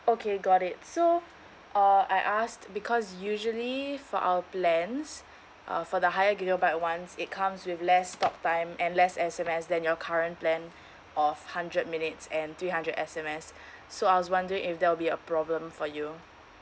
okay got it so uh I asked because usually for our plans uh for the higher gigabyte [one] it comes with less talk time and less S_M_S than your current plan of hundred minutes and three hundred S_M_S so I was wondering if that'll be a problem for you